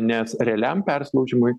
nes realiam persilaužimui